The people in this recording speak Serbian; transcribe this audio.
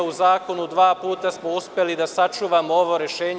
U zakonu dva puta smo uspeli da sačuvamo ovo rešenje.